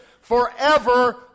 forever